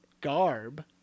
garb